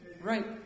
Right